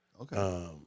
Okay